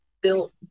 built